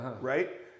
right